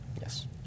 Yes